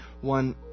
one